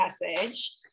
message